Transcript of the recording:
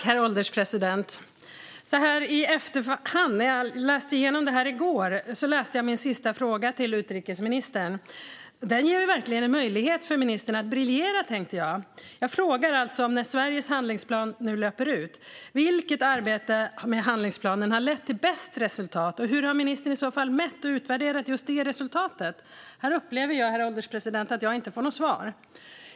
Herr ålderspresident! Så här i efterhand - jag läste min sista fråga till utrikesministern i går - tänker jag att min fråga verkligen ger en möjlighet för ministern att briljera. Jag frågar alltså vilket arbete med handlingsplanen som hon anser har lett till bäst resultat nu när handlingsplanen löper ut och hur ministern har mätt och utvärderat just detta resultat. Här upplever jag, herr ålderspresident, att jag inte får något svar.